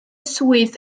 swydd